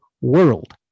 world